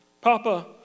Papa